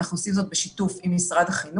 אנחנו עושים זאת בשיתוף עם משרד החינוך.